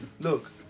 look